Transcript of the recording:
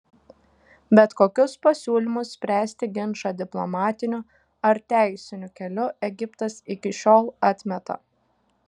bet kokius pasiūlymus spręsti ginčą diplomatiniu ar teisiniu keliu egiptas iki šiol atmeta